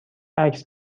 عکس